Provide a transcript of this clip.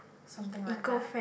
something like that